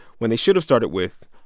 when they should have started with,